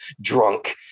drunk